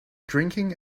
drinking